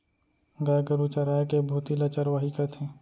गाय गरू चराय के भुती ल चरवाही कथें